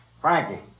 Frankie